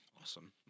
Awesome